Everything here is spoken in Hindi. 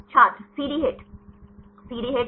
छात्र सीडी हिट सीडी हिट